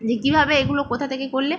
যে কীভাবে এগুলো কোথা থেকে করলে